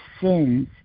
sins